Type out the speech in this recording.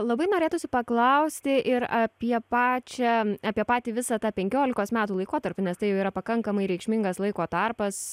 labai norėtųsi paklausti ir apie pačią apie patį visą tą penkiolikos metų laikotarpį nes tai jau yra pakankamai reikšmingas laiko tarpas